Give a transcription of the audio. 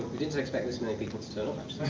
didn't expect this many people to